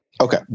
Okay